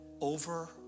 over